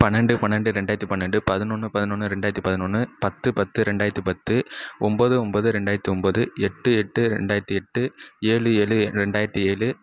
பன்னெண்டு பன்னெண்டு ரெண்டாயிரத்தி பன்னெண்டு பதினொன்று பதினொன்று ரெண்டாயிரத்தி பதினொன்று பத்து பத்து ரெண்டாயிரத்தி பத்து ஒம்போது ஒம்போது ரெண்டாயிரத்தி ஒம்போது எட்டு எட்டு ரெண்டாயிரத்தி எட்டு ஏழு ஏழு ரெண்டாயிரத்தி ஏழு